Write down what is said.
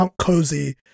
cozy